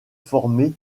formé